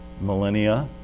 millennia